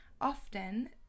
often